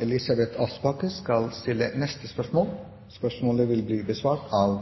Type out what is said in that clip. meg å stille følgende spørsmål